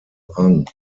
rang